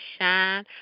shine